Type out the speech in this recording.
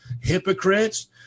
hypocrites